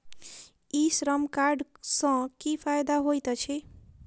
ई Shram card सँ की फायदा होइत अछि?